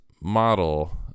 model